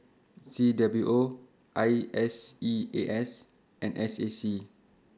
C W O I S E A S and S A C